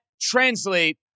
translate